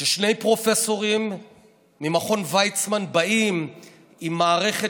כששני פרופסורים ממכון ויצמן באים עם מערכת